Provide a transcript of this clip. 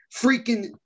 freaking